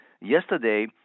yesterday